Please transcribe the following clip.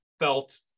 Felt